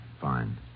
Fine